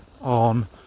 on